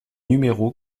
numéro